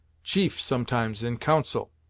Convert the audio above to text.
chief, sometimes, in council.